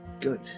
good